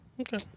Okay